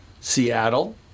Seattle